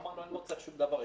אמרנו להם: לא צריך שום דבר,